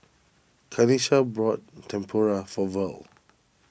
Kanesha bought Tempura for Verle